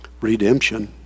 redemption